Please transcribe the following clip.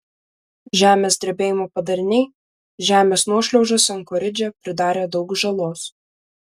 žemės drebėjimo padariniai žemės nuošliaužos ankoridže pridarė daug žalos